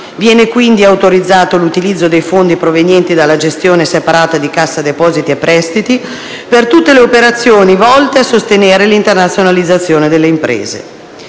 Viene quindi autorizzato l'utilizzo dei fondi provenienti dalla gestione separata di Cassa depositi e prestiti per tutte le operazioni volte a sostenere l'internazionalizzazione delle imprese.